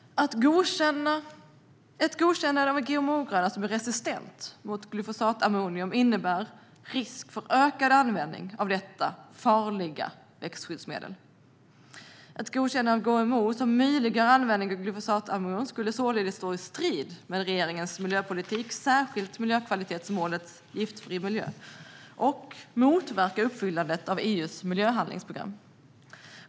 Ett godkännande av en GMO-gröda som är resistent mot glufosinatammonium innebär en risk för ökad användning av detta farliga växtskyddsmedel. Ett godkännande av GMO som möjliggör användningen av glufosinatammonium skulle således stå i strid med regeringens miljöpolitik, särskilt miljökvalitetsmålet Giftfri miljö, och motverka uppfyllandet av EU:s miljöhandlingsprogram.